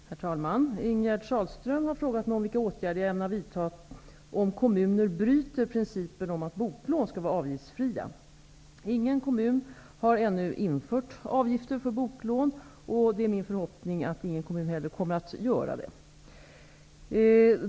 Herr talman! Ingegerd Sahlström har frågat mig vilka åtgärder jag ämnar vidta om kommuner bryter principen om att boklån skall vara avgiftsfria. Ingen kommun har ännu infört avgifter för boklån, och det är min förhoppning att ingen kommun heller kommer att göra det.